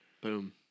Boom